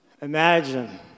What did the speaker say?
Imagine